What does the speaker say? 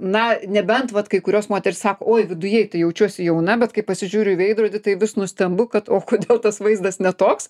na nebent vat kai kurios moterys sako oi viduje jaučiuosi jauna bet kai pasižiūriu į veidrodį tai vis nustembu kad o kodėl tas vaizdas ne toks